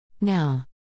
now